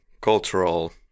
cultural